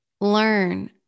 learn